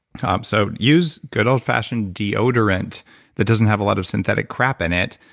um so use good old-fashioned deodorant that doesn't have a lot of synthetic crap in it,